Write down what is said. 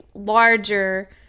Larger